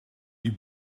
die